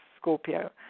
Scorpio